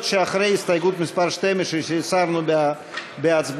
שאחרי הסתייגות מס' 12 שהסרנו בהצבעה,